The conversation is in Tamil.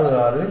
4 1